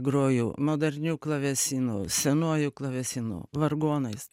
grojau moderniu klavesinu senuoju klavesinu vargonais